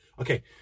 Okay